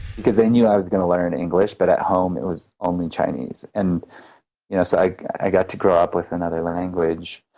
they knew i was going to learn english but at home it was only chinese. and you know so like i got to grow up with another language.